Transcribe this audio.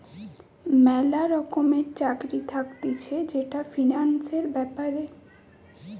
ম্যালা রকমের চাকরি থাকতিছে যেটা ফিন্যান্সের ব্যাপারে